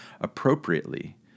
appropriately